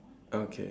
okay